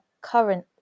current